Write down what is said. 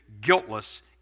guiltless